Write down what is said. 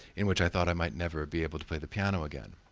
in which i thought i might never be able to play the piano again.